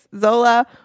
Zola